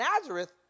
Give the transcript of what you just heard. Nazareth